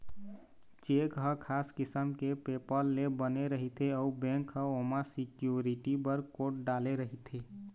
cheque ह खास किसम के पेपर ले बने रहिथे अउ बेंक ह ओमा सिक्यूरिटी बर कोड डाले रहिथे